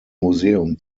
museum